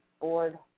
board